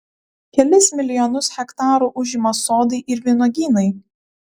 kelis milijonus hektarų užima sodai ir vynuogynai